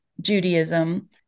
Judaism